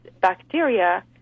bacteria